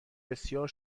بسیار